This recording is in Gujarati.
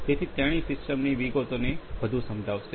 તેથી તેણી સિસ્ટમની વિગતોને વધુ સમજાવશે